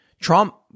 Trump